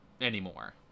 anymore